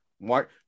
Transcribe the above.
Mark